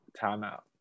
Timeout